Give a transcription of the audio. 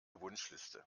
wunschliste